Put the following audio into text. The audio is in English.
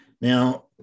Now